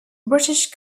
british